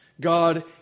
God